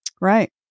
Right